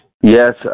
Yes